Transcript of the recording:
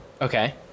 Okay